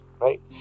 right